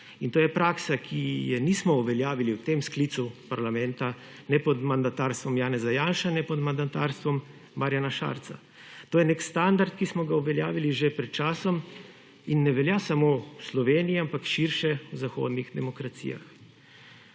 In to je praksa, ki je nismo uveljavili v tem sklicu parlamenta ne pod mandatarstvom Janeza Janše ne pod mandatarstvom Marjana Šarca. To je nek standard, ki smo ga uveljavili že pred časom in ne velja samo v Sloveniji, ampak širše v zahodnih demokracijah.